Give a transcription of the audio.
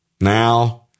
Now